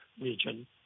region